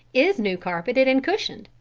is new carpeted and cushioned,